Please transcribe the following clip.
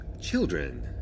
children